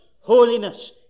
holiness